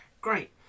great